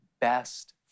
best